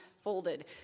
folded